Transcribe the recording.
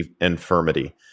infirmity